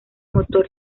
motor